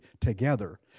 together